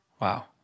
Wow